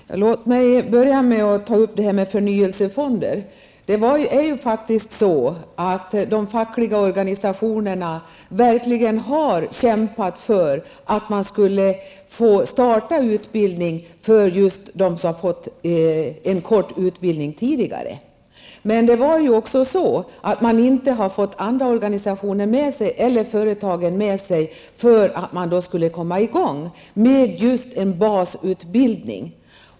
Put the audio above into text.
Herr talman! Låt mig börja med att ta upp förnyelsefonderna. De fackliga organisationerna har verkligen kämpat för att man skulle få starta utbildning just för dem som fått en kort utbildning tidigare. Men man har inte fått med sig andra organisationer eller företag för att komma i gång med en basutbildning.